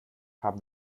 haben